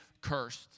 cursed